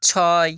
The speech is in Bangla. ছয়